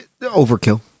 overkill